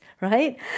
right